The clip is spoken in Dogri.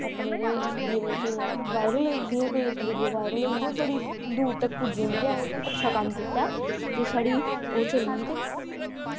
अपने जिले च इंया वायरल होइये इक्क इंया वीडियो वायरल होई जंदी ओह् बड़ी दूर तगर पुज्जी जंदी ते अच्छा कम्म कीता ते छड़ी ओह् चली